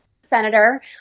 senator